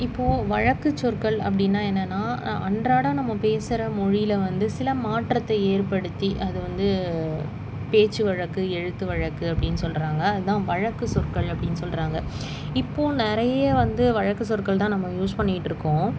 இப்போது வழக்கு சொற்கள் அப்படின்னா என்னன்னா அன்றாடம் நம்ம பேசுகிற மொழியில வந்து சில மாற்றத்தை ஏற்படுத்தி அது வந்து பேச்சு வழக்கு எழுத்து வழக்கு அப்படின்னு சொல்கிறாங்க அதுதான் வழக்கு சொற்கள் அப்படின்னு சொல்கிறாங்க இப்போது நிறைய வந்து வழக்கு சொற்கள் தான் நம்ம யூஸ் பண்ணிகிட்டு இருக்கோம்